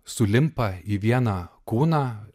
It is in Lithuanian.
sulimpa į vieną kūną